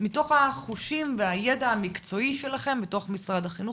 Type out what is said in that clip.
מתוך החושים והידע המקצועי שלכם בתוך משרד החינוך,